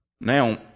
Now